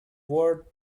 word